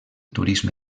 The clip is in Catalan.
turisme